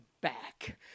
back